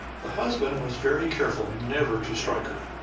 the husband was very careful never to strike her.